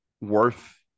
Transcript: worth